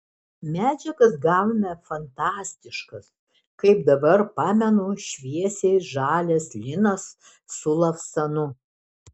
medžiagas gavome fantastiškas kaip dabar pamenu šviesiai žalias linas su lavsanu